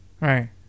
Right